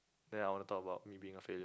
then I want to talk about me being a failure